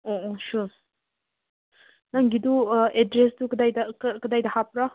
ꯑꯣ ꯑꯣ ꯁꯨꯁ ꯅꯪꯒꯤꯗꯨ ꯑꯦꯗ꯭ꯔꯦꯁꯇꯨ ꯀꯗꯥꯏꯗ ꯀꯗꯥꯏꯗ ꯍꯥꯞꯄ꯭ꯔꯥ